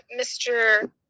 Mr